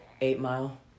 eight-mile